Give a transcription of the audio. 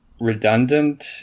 redundant